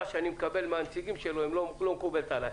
שאני מקבל מהנציגים שלו לא מקובלת עלי.